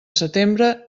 setembre